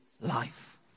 life